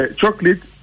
chocolate